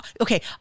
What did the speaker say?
okay